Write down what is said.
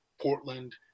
Portland